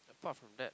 apart from that